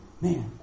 Man